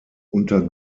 unter